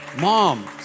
Mom